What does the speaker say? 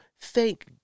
Thank